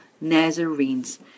Nazarenes